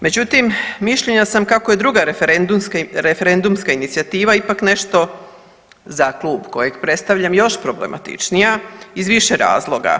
Međutim, mišljenja sam kako je druga referendumska inicijativa ipak nešto za klub kojeg predstavljam još problematičnija iz više razloga.